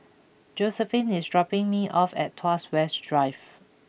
Josephine is dropping me off at Tuas West Drive